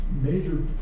major